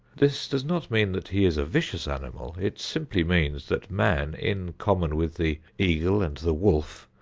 this does not mean that he is a vicious animal. it simply means that man, in common with the eagle and the wolf,